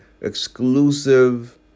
exclusive